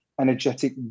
energetic